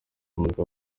kumurika